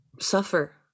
suffer